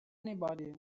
anybody